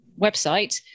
website